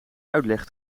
uitleg